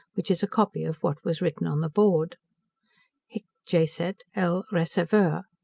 which is a copy of what was written on the board hic jacet l. receveur,